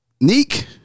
Neek